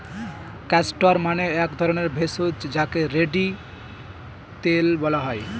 castor মানে এক ধরণের ভেষজ যাকে রেড়ি তেল বলা হয়